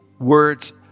Words